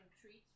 treats